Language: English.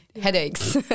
headaches